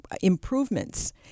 improvements